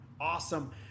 Awesome